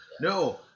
No